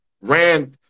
ran